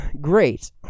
great